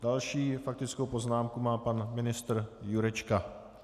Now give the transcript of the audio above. Další faktickou poznámku má pan ministr Jurečka.